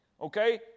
okay